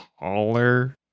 taller